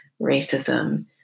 racism